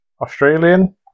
Australian